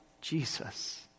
Jesus